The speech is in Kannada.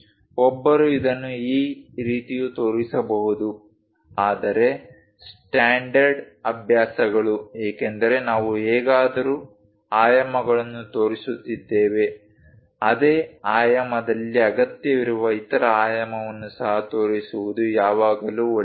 ಒಬ್ಬರು ಇದನ್ನು ಈ ರೀತಿಯೂ ತೋರಿಸಬಹುದು ಆದರೆ ಸ್ಟ್ಯಾಂಡರ್ಡ್ ಅಭ್ಯಾಸಗಳು ಏಕೆಂದರೆ ನಾವು ಹೇಗಾದರೂ ಆಯಾಮಗಳನ್ನು ತೋರಿಸುತ್ತಿದ್ದೇವೆ ಅದೇ ಆಯಾಮದಲ್ಲಿ ಅಗತ್ಯವಿರುವ ಇತರ ಆಯಾಮವನ್ನು ಸಹ ತೋರಿಸುವುದು ಯಾವಾಗಲೂ ಒಳ್ಳೆಯದು